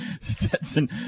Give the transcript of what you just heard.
Stetson